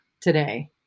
today